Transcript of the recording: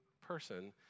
person